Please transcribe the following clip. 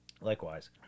likewise